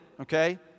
Okay